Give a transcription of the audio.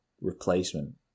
replacement